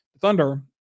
Thunder